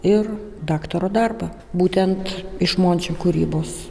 ir daktaro darbą būtent iš mončio kūrybos